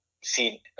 see